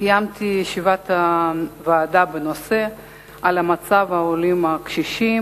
קיימתי ישיבת ועדה בנושא מצב העולים הקשישים.